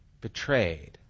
betrayed